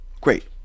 Great